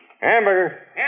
Hamburger